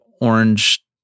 orange